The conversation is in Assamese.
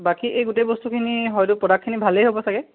বাকী এই গোটেই বস্তুখিনি হয়টো প্ৰডাক্টখিনি ভালেই হ'ব চাগে